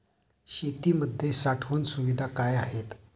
शेतीमध्ये साठवण सुविधा काय आहेत?